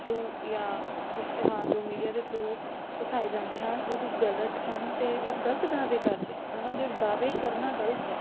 through ਜਾਂ ਇਸ਼ਤਿਹਾਰ ਜੋ ਮੀਡੀਆ ਦੇ ਥਰੂ ਦਿਖਾਏ ਜਾਂਦੇ ਹਨ ਉਹ ਇੱਕ ਗਲਤ ਹਨ ਅਤੇ ਉਹ ਗਲਤ ਦਾਅਵੇ ਕਰਦੇ ਆ ਉਹਨਾਂ ਦੇ ਦਾਅਵੇ ਕਰਨਾ ਗਲਤ ਹੈ